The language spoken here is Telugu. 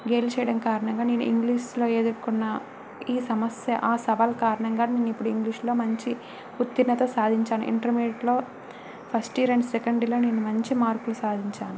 గేలి చేయడం కారణంగా నేను ఇంగ్లీష్ లో ఎదుర్కొన్న ఈ సమస్య ఆ సవాలు కారణంగా నేను ఇప్పుడు ఇంగ్లీష్లో మంచి ఉత్తీర్ణత సాధించాను ఇంటర్మీడియట్లో ఫస్ట్ ఇయర్ అండ్ సెకండ్ ఇయర్లో నేను మంచి మార్కులు సాధించాను